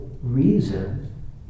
reason